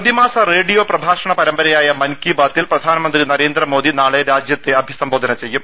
പ്രതിമാസ റേഡിയോ പ്രഭാഷണ് പരമ്പരയായ മൻ കി ബാത്തിൽ പ്രധാനമന്ത്രി ന്ത്രേന്ദ് മോദി നാളെ രാജ്യത്തെ അഭിസംബോധന ചെയ്യും